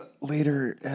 later